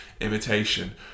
imitation